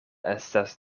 estas